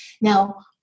Now